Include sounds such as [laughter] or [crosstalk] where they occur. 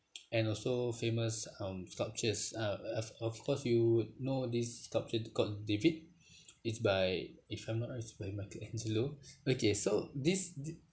[noise] and also famous um sculptures uh of of course you would know this sculpture called david [breath] it's by if I'm not wrong it's by michelangelo okay so this